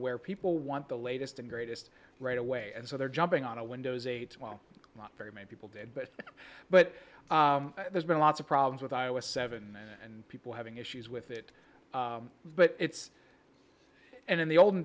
where people want the latest and greatest right away and so they're jumping on a windows eight well not very many people did but but there's been lots of problems with i os seven and people having issues with it but it's and in the olden